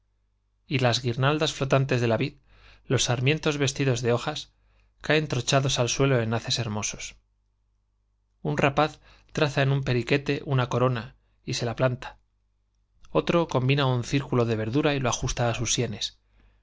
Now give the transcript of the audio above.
y las guirnaldas flotantes de la vid los sarmientos vestidos de hojas caen tronchados al suelo en haces hermosos un traza rapaz en un periquete una la corona y se planta otro combina un círculo de idilio y verdura y lo ajusta á sus sienes